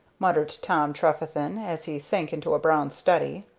muttered tom trefethen, as he sank into a brown-study.